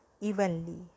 evenly